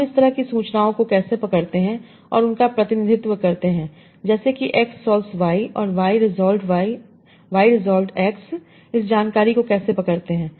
तो हम इस तरह की सूचनाओं को कैसे पकड़ते है और उनका प्रतिनिधित्व करते हैं जैसे कि X सोल्व्स Y और Y रेसोल्वड बाई X इस जानकारी को कैसे पकड़ते हैं